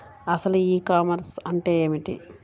అసలు ఈ కామర్స్ అంటే ఏమిటి?